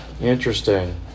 Interesting